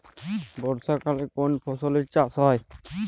বর্ষাকালে কোন ফসলের চাষ হয়?